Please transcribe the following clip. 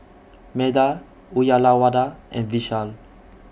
Medha Uyyalawada and Vishal